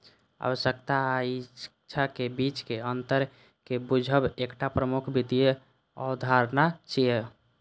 आवश्यकता आ इच्छाक बीचक अंतर कें बूझब एकटा प्रमुख वित्तीय अवधारणा छियै